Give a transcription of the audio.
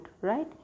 right